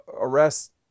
arrest